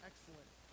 excellent